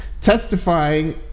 testifying